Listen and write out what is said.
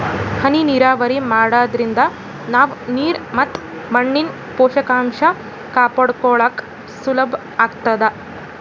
ಹನಿ ನೀರಾವರಿ ಮಾಡಾದ್ರಿಂದ ನಾವ್ ನೀರ್ ಮತ್ ಮಣ್ಣಿನ್ ಪೋಷಕಾಂಷ ಕಾಪಾಡ್ಕೋಳಕ್ ಸುಲಭ್ ಆಗ್ತದಾ